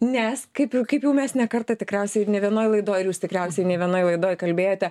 nes kaip ir kaip jau mes ne kartą tikriausiai ir ne vienoj laidoj ir jūs tikriausiai ne vienoj laidoj kalbėjote